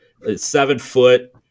Seven-foot